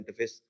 interface